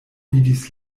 vidis